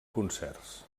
concerts